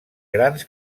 grans